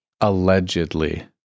Allegedly